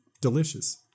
delicious